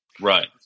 Right